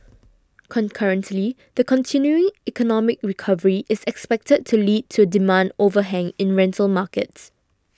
concurrently the continuing economic recovery is expected to lead to a demand overhang in rental markets